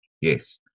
Yes